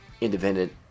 independent